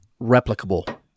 replicable